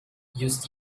use